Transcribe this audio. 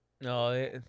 No